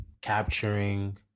capturing